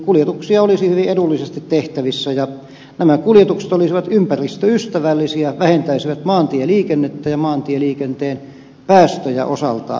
kuljetuksia olisi hyvin edullisesti tehtävissä ja nämä kuljetukset olisivat ympäristöystävällisiä vähentäisivät maantieliikennettä ja maantieliikenteen päästöjä osaltaan